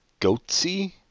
Goatsy